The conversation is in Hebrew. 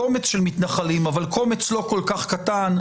קומץ של מתנחלים אבל קומץ לא כל כך קטן,